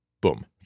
Boom